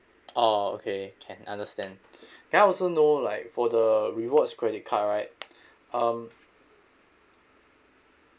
oh okay can understand can I also know like for the rewards credit card right um